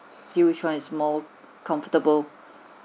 see which one is more comfortable